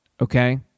okay